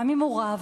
גם אם הוא רב,